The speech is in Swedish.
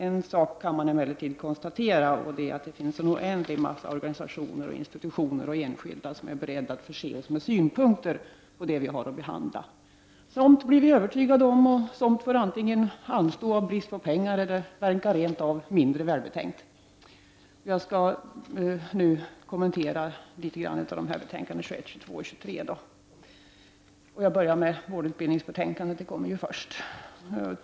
En sak kan man emellertid konstatera; det finns en oändlig massa organisationer, institutioner och enskilda som är beredda att förse oss med synpunkter på det vi har att behandla. Somt blir vi övertygade om, och somt får antingen anstå av brist på pengar eller verkar rent av mindre välbetänkt. Jag skall nu göra några kommentarer rörande utbildningsutskottets betänkanden, UbU21, UbU22 och UbU23. Jag börjar med vårdutbildningsbetänkandet UbU21.